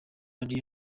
ari